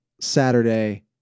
Saturday